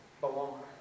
belong